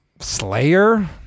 Slayer